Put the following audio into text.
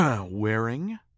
wearing